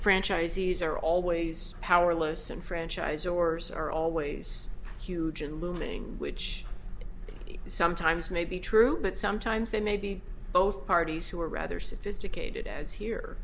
franchisees are always powerless and franchise or are always huge and looming which sometimes may be true but sometimes they may be both parties who are rather sophisticated as here